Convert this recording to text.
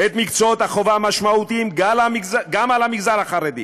את מקצועות החובה המשמעותיים גם על המגזר החרדי,